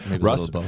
Russ